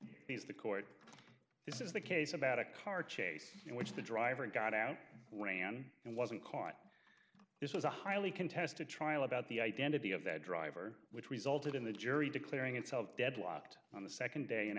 is the court this is the case about a car chase in which the driver got out ran and wasn't caught this was a highly contested trial about the identity of that driver which resulted in the jury declaring itself deadlocked on the second day and